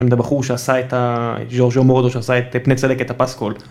עם הבחור שעשה את ה... עם ג'ורג'ו מורדו, שעשה את פני צלקת, את הפסקול.